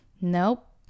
Nope